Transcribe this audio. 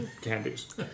candies